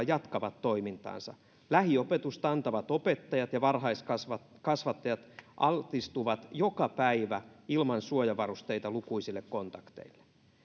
jatkavat toimintaansa ja lähiopetusta antavat opettajat ja varhaiskasvattajat altistuvat joka päivä ilman suojavarusteita lukuisille kontakteille